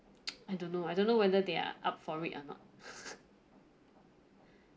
I don't know I don't know whether they're up for it or not